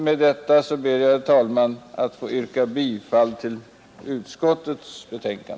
Med detta ber jag, herr talman, att få yrka bifall till utskottets hemställan.